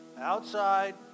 outside